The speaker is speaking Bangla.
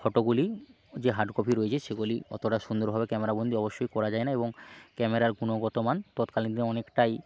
ফটোগুলি যে হার্ড কপি রয়েছে সেগুলি অতোটা সুন্দরভাবে ক্যামেরা বন্দী অবশ্যই করা যায় না এবং ক্যামেরার গুণগত মান তৎকালীন দিনে অনেকটাই